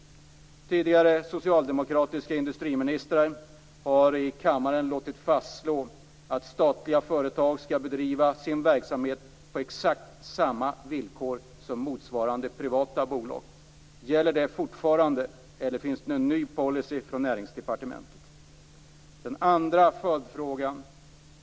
Den tidigare socialdemokratiske industriministern har här i kammaren låtit fastslå att statliga företag skall bedriva sin verksamhet på exakt samma villkor som motsvarande privata bolag. Gäller det fortfarande, eller finns det en ny policy från Näringsdepartementet? 2.